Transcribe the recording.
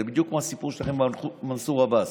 זה בדיוק כמו הסיפור שלכם עם מנסור עבאס.